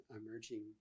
emerging